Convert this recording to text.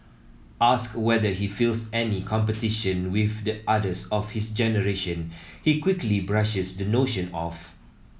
asked whether he feels any competition with the others of his generation he quickly brushes the notion off